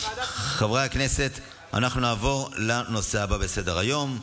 חברי הכנסת, אנחנו נעבור לנושא הבא בסדר-היום,